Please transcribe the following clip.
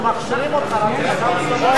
לא נתקבלה.